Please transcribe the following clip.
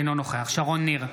אינו נוכח שרון ניר,